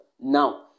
Now